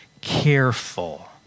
careful